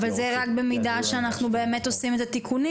אבל זה רק במידה שאנחנו באמת עושים את התיקונים